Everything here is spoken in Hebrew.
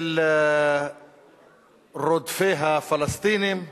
של רודפי הפלסטינים.